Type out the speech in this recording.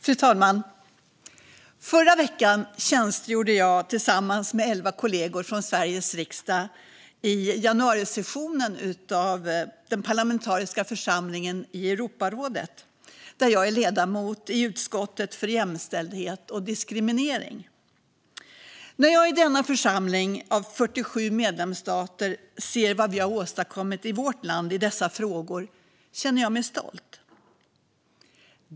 Fru talman! Förra veckan tjänstgjorde jag tillsammans med elva kollegor från Sveriges riksdag i januarisessionen i den parlamentariska församlingen av Europarådet, där jag är ledamot i utskottet för jämställdhet och icke-diskriminering. När jag i denna församling av 47 medlemsstater ser vad vi har åstadkommit i vårt land i dessa frågor känner jag mig stolt.